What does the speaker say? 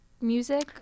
music